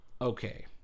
okay